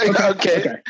Okay